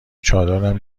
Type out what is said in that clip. چادر